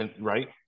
right